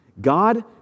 God